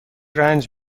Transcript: رنج